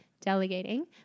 delegating